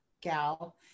gal